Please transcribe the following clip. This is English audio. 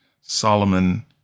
solomon